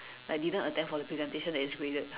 like didn't attend for the presentation that is graded